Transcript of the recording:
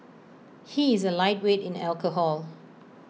he is A lightweight in alcohol